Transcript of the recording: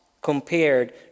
compared